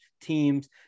teams